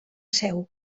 seu